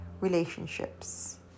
relationships